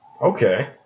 Okay